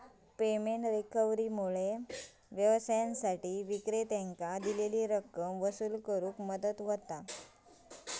payment रिकव्हरीमुळा व्यवसायांसाठी विक्रेत्यांकां दिलेली रक्कम वसूल करुक मदत होता